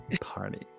Party